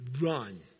run